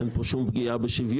אין פה שום פגיעה בשוויון,